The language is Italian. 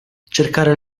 cercare